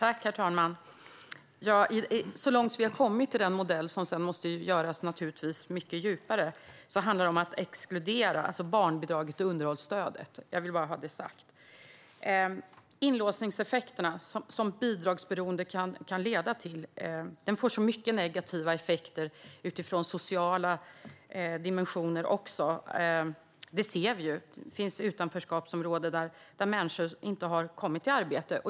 Herr talman! Jag vill bara ha sagt att i den modell som vi arbetade fram exkluderades barnbidraget och underhållsstödet. Den inlåsning som ett bidragsberoende kan leda till får så många negativa effekter, också sociala. Det finns ju utanförskapsområden där människor inte har kommit i arbete.